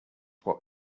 what